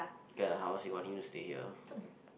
the how she wants you to hear